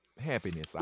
happiness